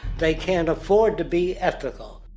they can't afford to be ethical.